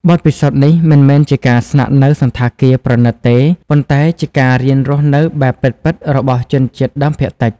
បទពិសោធន៍នេះមិនមែនជាការស្នាក់នៅសណ្ឋាគារប្រណីតទេ ប៉ុន្តែជាការរៀនរស់នៅបែប ពិតៗ របស់ជនជាតិដើមភាគតិច។